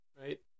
right